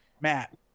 matt